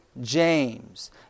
James